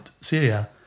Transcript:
Syria